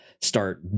start